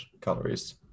calories